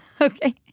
Okay